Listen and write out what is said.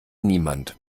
niemand